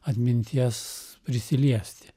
atminties prisiliesti